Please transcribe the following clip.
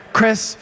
Chris